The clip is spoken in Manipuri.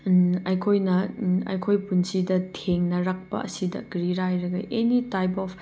ꯑꯩꯈꯣꯏꯅ ꯑꯩꯈꯣꯏ ꯄꯨꯟꯁꯤꯗ ꯊꯦꯡꯅꯔꯛꯄ ꯑꯁꯤꯗ ꯀꯔꯤꯔꯥ ꯍꯥꯏꯔꯒ ꯑꯦꯅꯤ ꯇꯥꯏꯞ ꯑꯣꯐ